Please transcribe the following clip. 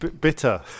Bitter